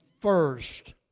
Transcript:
first